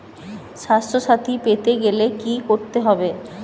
স্বাস্থসাথী পেতে গেলে কি করতে হবে?